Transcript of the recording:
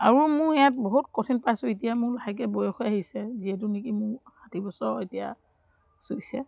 আৰু মোৰ ইয়াত বহুত কঠিন পাইছোঁ এতিয়া মোৰ লাহেকৈ বয়স হৈ আহিছে যিহেতু নেকি মোৰ ষাঠি বছৰ এতিয়া চুইছে